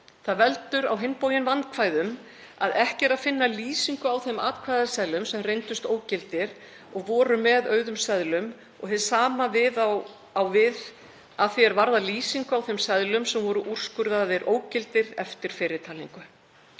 Það veldur á hinn bóginn vandkvæðum að ekki er að finna lýsingu á þeim atkvæðaseðlum sem reyndust ógildir og voru með auðum seðlum og hið sama á við að því er varðar lýsingu á þeim seðlum sem úrskurðaðir voru ógildir eftir fyrri talningu.